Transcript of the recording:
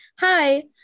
hi